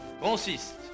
consiste